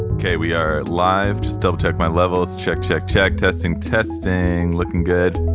okay. we are live. just double check my levels. check, check, check. testing, testing. looking good